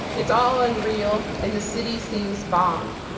it's all unreal and the city seems bombed.